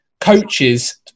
coaches